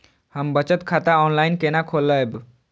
हम बचत खाता ऑनलाइन केना खोलैब?